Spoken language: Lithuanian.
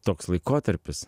toks laikotarpis